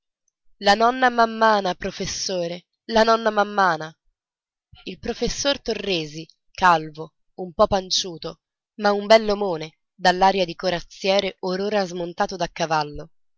la nonna mammana professore la nonna mammana il professor torresi calvo un po panciuto ma un bell'omone dall'aria di corazziere or ora smontato da cavallo